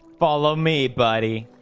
follow me buddy.